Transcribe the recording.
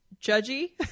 Judgy